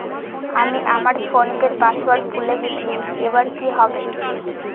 আমি আমার ফোনপের পাসওয়ার্ড ভুলে গেছি এবার কি হবে?